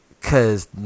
Cause